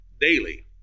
daily